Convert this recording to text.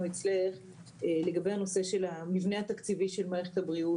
אצלך לגבי הנושא של המבנה התקציבי של מערכת הבריאות,